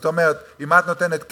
זאת אומרת, אם את נותנת כסף,